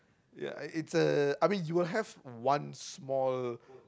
ya it's a I mean you have one small